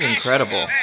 Incredible